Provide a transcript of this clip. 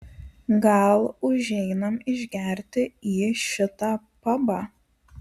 gal užeinam išgerti į šitą pabą